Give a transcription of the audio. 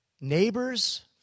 neighbors